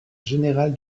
générale